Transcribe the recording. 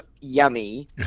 yummy